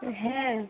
হ্যাঁ